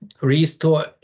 Restore